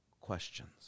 questions